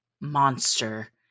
monster